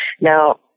Now